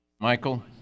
Michael